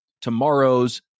tomorrow's